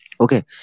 Okay